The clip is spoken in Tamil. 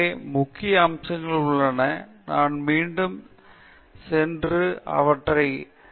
எனவே இவை முக்கிய அம்சங்களாக உள்ளன நாம் மீண்டும் சென்று அவற்றைப் பார்த்துக் கொண்டே இருப்போம்